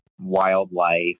Wildlife